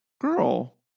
girl